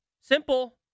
Simple